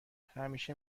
همیشه